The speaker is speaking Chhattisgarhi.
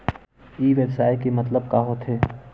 ई व्यवसाय के मतलब का होथे?